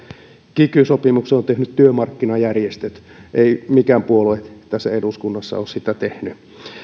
kiky sopimuksen ovat tehneet työmarkkinajärjestöt ei mikään puolue eduskunnassa ole sitä tehnyt